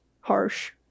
harsh